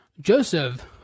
Joseph